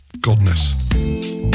goodness